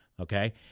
Okay